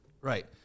Right